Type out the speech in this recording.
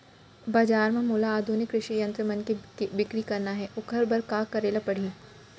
बजार म मोला आधुनिक कृषि यंत्र मन के बिक्री करना हे ओखर बर का करे ल पड़ही?